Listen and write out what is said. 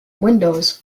windows